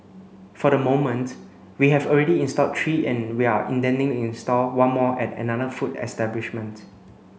for the moment we have already installed three and we are intending to install one more at another food establishment